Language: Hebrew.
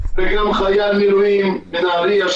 וגם חייל מילואים בנהריה,